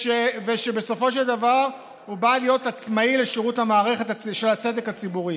ושבסופו של דבר הוא בא להיות עצמאי בשירות המערכת של הצדק הציבורי.